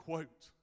quote